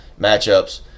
matchups